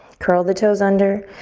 curl the toes under,